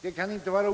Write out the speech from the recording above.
Det kan inte vara